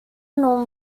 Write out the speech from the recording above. norm